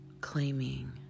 claiming